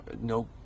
no